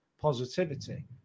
positivity